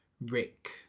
Rick